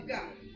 God